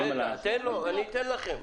אני אתן לכם.